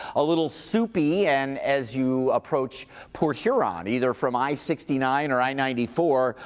a little soupy. and as you approach port huron, either from i sixty nine or i ninety four,